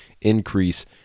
increase